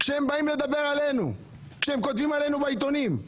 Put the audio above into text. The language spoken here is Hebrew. הם באים לדבר עלינו, הם כותבים עלינו בעיתונים.